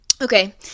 Okay